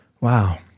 Wow